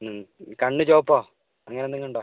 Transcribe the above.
കണ്ണ് ചുവപ്പോ അങ്ങനെ എന്തെങ്കിലും ഉണ്ടോ